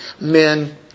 Men